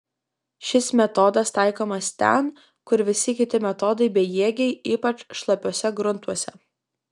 šis metodas taikomas ten kur visi kiti metodai bejėgiai ypač šlapiuose gruntuose